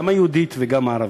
גם היהודית וגם הערבית.